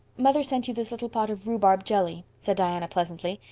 mother sent you this little pot of rhubarb jelly, said diana pleasantly.